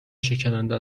شکننده